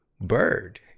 bird